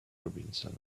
robinson